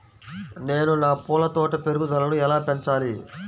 నేను నా పూల తోట పెరుగుదలను ఎలా పెంచాలి?